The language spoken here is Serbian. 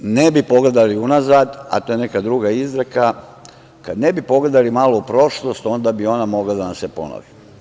Mi koji ne bi pogledali unazad, a to je neka druga izreka, kada ne bi pogledali malo u prošlost, onda bi ona mogla da nam se ponovi.